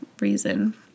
reason